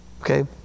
okay